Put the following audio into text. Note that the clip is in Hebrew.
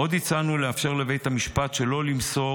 עוד הצענו לאפשר לבית המשפט שלא למסור